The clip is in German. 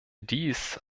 dies